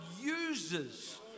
uses